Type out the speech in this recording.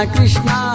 Krishna